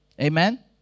Amen